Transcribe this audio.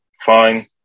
fine